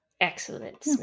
Excellent